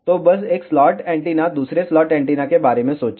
तो बस एक स्लॉट एंटीना दूसरे स्लॉट एंटीना के बारे में सोचें